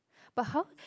but how